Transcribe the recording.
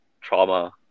trauma